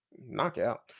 knockout